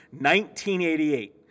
1988